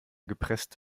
gepresst